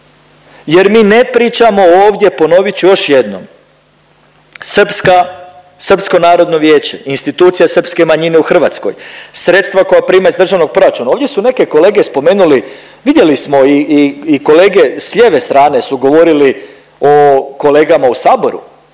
Jer mi ne pričamo ovdje, ponovit ću još jednom, srpska, Srpsko narodno vijeće, Institucija srpske manjine u Hrvatskoj, sredstva koja prime iz državnog proračuna, ovdje su neke kolege spomenuli, vidjeli smo i, i, i kolege s lijeve strane su govorili o kolegama u saboru,